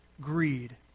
greed